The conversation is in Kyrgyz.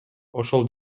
ошол